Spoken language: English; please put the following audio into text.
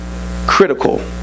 Critical